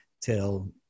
till